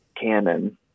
canon